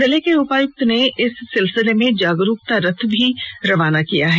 जिले के उपायुक्त ने इस सिलसिले में जागरूकता रथ भी रवाना किया है